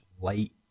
light